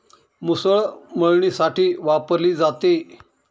मुसळ मळणीसाठी वापरली जाते